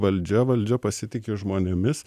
valdžia valdžia pasitiki žmonėmis